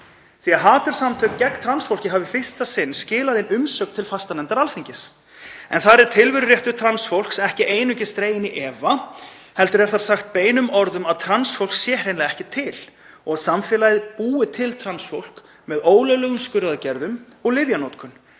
Haturssamtök gegn trans fólki hafa í fyrsta sinn skilað inn umsögn til fastanefndar Alþingis. Þar er tilveruréttur trans fólks ekki einungis dreginn í efa heldur er sagt beinum orðum að trans fólk sé hreinlega ekki til og samfélagið búi til trans fólk með ólöglegum skurðaðgerðum og lyfjanotkun.